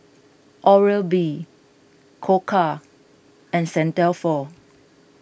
Oral B Koka and Saint Dalfour